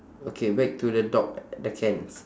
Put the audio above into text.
okay back to the dog the cans